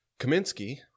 Kaminsky